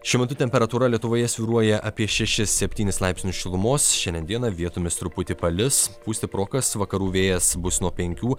šiuo metu temperatūra lietuvoje svyruoja apie šešis septynis laipsnius šilumos šiandien dieną vietomis truputį palis pūs stiprokas vakarų vėjas bus nuo penkių